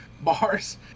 bars